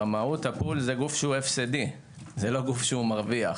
במהות הפול זה גוף הפסדי, לא גוף שמרוויח.